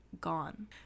gone